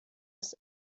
des